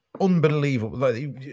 Unbelievable